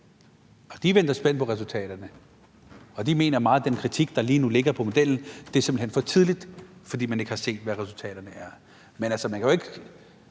og de venter spændt på resultaterne og mener, at meget af den kritik, der lige nu ligger af modellen, er for tidlig, fordi man ikke har set, hvad resultaterne er. Island ligger